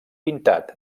pintat